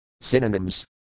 Synonyms